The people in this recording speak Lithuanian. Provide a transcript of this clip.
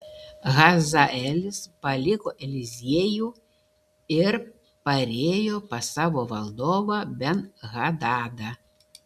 hazaelis paliko eliziejų ir parėjo pas savo valdovą ben hadadą